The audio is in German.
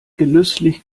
genüsslich